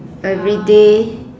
everyday